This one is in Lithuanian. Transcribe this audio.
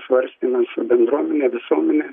svarstymus su bendruomene visuomene